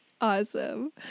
Awesome